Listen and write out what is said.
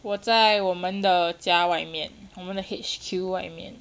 我在我们的家外面我们的 H_Q 外面